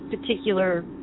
particular